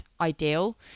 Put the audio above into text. ideal